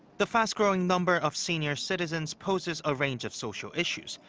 the fast-growing number of senior citizens poses a range of social issues,